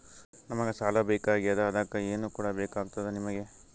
ನಮಗ ಸಾಲ ಬೇಕಾಗ್ಯದ ಅದಕ್ಕ ಏನು ಕೊಡಬೇಕಾಗ್ತದ ನಿಮಗೆ?